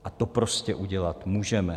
A to prostě udělat můžeme.